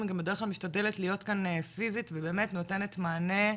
בדרך משתדלת להיות כאן פיסית ובאמת נותנת מענה,